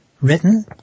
written